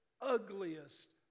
ugliest